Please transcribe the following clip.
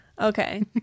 Okay